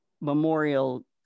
memorial